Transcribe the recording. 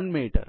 1 metre